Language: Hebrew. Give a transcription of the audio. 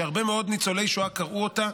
שהרבה מאוד ניצולי שואה קראו אותה,